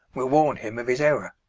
will warn him of his error.